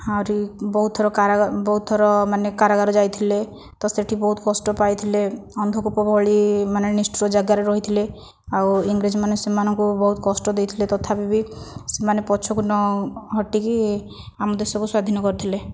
ଆହୁରି ବହୁତ ଥର ବହୁତ ଥର ମାନେ କାରାଗାର ଯାଇଥିଲେ ତ ସେଠି ବହୁତ କଷ୍ଟ ପାଇଥିଲେ ଅନ୍ଧକୂପ ଭଳି ମାନେ ନିଷ୍ଠୁର ଜାଗାରେ ରହିଥିଲେ ଆଉ ଇଂରେଜମାନେ ସେମାନଙ୍କୁ ବହୁତ କଷ୍ଟ ଦେଇଥିଲେ ତଥାପି ବି ସେମାନେ ପଛକୁ ନ ହଟିକି ଆମ ଦେଶକୁ ସ୍ଵାଧୀନ କରିଥିଲେ